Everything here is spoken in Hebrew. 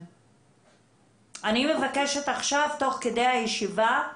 אני מבקשת עכשיו תוך כדי הישיבה,